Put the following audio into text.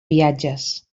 viatges